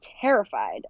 terrified